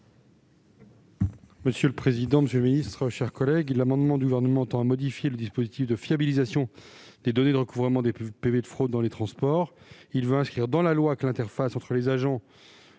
vous le souhaitez. Quel est l'avis de la commission ? L'amendement du Gouvernement tend à modifier le dispositif de fiabilisation des données de recouvrement des PV de fraude dans les transports. Il vise à inscrire dans la loi que l'interface entre les agents